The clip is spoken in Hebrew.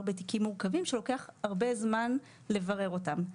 בתיקים מורכבים שלוקח זמן רב לברר אותם.